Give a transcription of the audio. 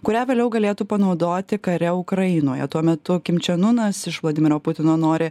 kurią vėliau galėtų panaudoti kare ukrainoje tuo metu kimčionunas iš vladimiro putino nori